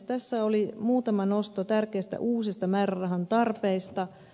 tässä oli muutama nosto tärkeistä uusista määrärahan tarpeista